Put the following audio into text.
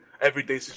everyday